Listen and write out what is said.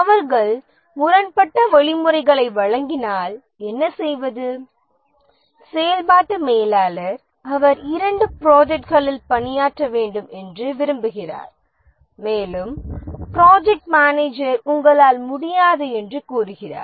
அவர்கள் முரண்பட்ட வழிமுறைகளை வழங்கினால் என்ன செய்வது செயல்பாட்டு மேலாளர் அவர் இரண்டு ப்ராஜெக்ட்களில் பணியாற்ற வேண்டும் என்று விரும்புகிறார் மேலும் ப்ராஜெக்ட் மேனேஜர் உங்களால் முடியாது என்று கூறுகிறார்